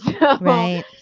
Right